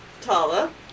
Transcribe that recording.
Tala